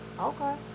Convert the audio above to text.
okay